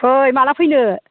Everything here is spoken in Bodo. फै माब्ला फैनो